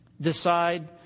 Decide